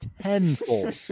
Tenfold